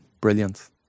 Brilliant